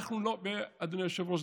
אדוני היושב-ראש,